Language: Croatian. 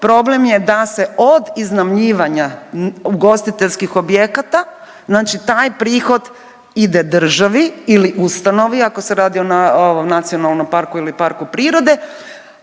problem je da se od iznajmljivanja ugostiteljskih objekata taj prihod ide državi ili ustanovi ako se radi o nacionalnom parku ili parku prirode,